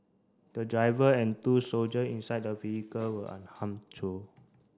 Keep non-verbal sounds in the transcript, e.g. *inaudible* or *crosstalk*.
the driver and two soldier inside the vehicle were unharmed *unintelligible*